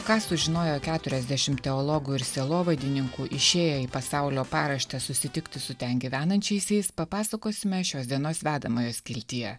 ką sužinojo keturiasdešim teologų ir sielovadininkų išėję į pasaulio paraštes susitikti su ten gyvenančiaisiais papasakosime šios dienos vedamojo skiltyje